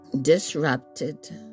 disrupted